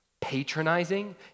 patronizing